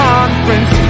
Conference